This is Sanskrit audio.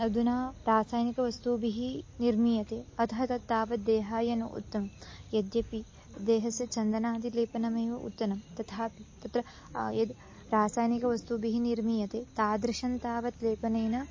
अधुना रासायनिकवस्तुभिः निर्मीयते अतः तत्तावद्देहाय न उत्तमम् यद्यपि देहस्य चन्दनादिलेपनमेव उत्तमं तथापि तत्र यद् रासायनिकवस्तुभिः निर्मीयते तादृशं तावत् लेपनेन